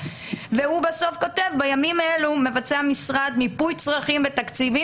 בסוף הוא כותב: בימים אלו מבצע המשרד מיפוי צרכים ותקציבים